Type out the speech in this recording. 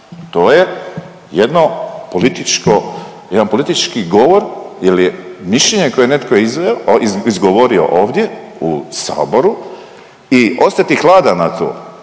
jedan politički govor jer je mišljenje koje je netko izveo, izgovorio ovdje u Saboru i ostati hladan na to